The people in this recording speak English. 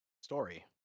story